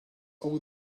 all